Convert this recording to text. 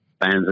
fans